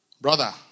brother